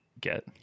get